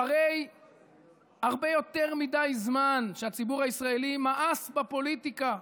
אחרי הרבה יותר מדי זמן שהציבור הישראלי מאס בפוליטיקה,